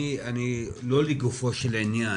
לא לגופו של עניין.